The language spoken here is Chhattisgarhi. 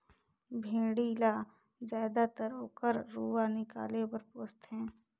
भेड़ी ल जायदतर ओकर रूआ निकाले बर पोस थें